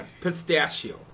Pistachio